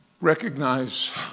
recognize